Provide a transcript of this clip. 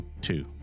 two